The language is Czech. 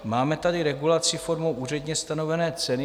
Máme tady regulaci formou úředně stanovené ceny.